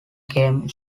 came